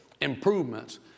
improvements